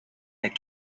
that